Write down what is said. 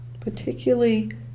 particularly